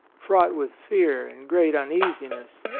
fraught with fear and great uneasiness.